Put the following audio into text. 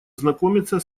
знакомиться